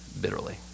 bitterly